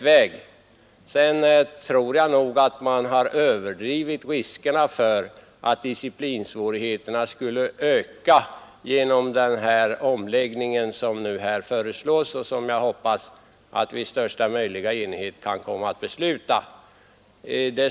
Vidare tror jag att man har överdrivit riskerna för att disciplinsvårigheterna skulle öka genom den omläggning som här föreslås och som jag hoppas att vi i största möjliga enighet kommer att besluta om.